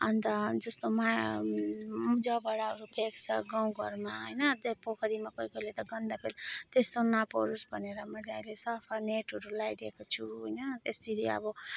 अन्त जस्तोमा जबडाहरू फ्याँक्छ गाउँघरमा होइन त्यहाँ पोखरीमा कोही कोहीले त गन्दा फ्याल् त्यस्तो नपरोस् भनेर मैले अहिले सफा नेटहरू लगाइदिएको छु होइन त्यसरी अब